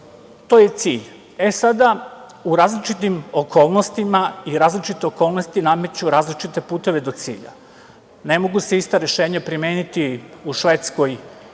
to je cilj.E, sada, u različitim okolnostima i različite okolnosti nameću različite puteve do cilja. Ne mogu se ista rešenja primeniti u Švedskoj